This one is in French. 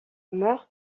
meurt